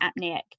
apneic